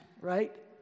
Right